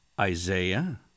Isaiah